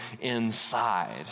inside